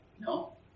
No